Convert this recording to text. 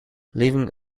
leaving